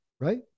right